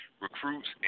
recruits